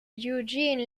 eugene